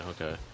okay